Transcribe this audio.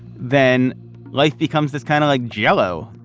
then life becomes this kind of like jell-o.